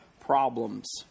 problems